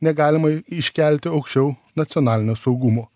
negalima iškelti aukščiau nacionalinio saugumo